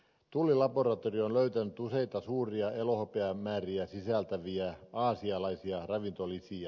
tullilaboratorio on löytänyt useita suuria elohopeamääriä sisältäviä aasialaisia ravintolisiä